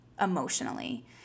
emotionally